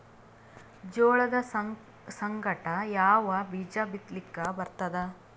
ಜೋಳದ ಸಂಗಾಟ ಯಾವ ಬೀಜಾ ಬಿತಲಿಕ್ಕ ಬರ್ತಾದ?